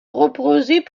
reposaient